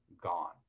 gone